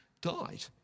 died